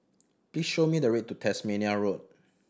please show me the way to Tasmania Road